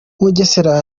mugesera